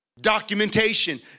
Documentation